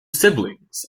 siblings